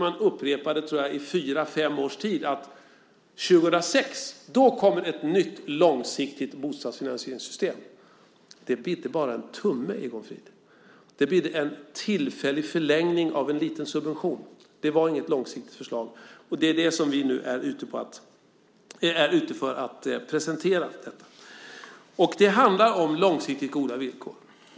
Man upprepade i fyra fem års tid, tror jag, att det 2006 kommer ett nytt långsiktigt bostadsfinansieringssystem. Det bidde bara en tumme, Egon Frid. Det bidde en tillfällig förlängning av en liten subvention. Det var inget långsiktigt förslag. Men det är det som vi nu är ute för att presentera. Det handlar om långsiktigt goda villkor.